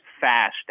Fast